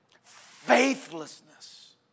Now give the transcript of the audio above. Faithlessness